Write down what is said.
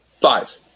Five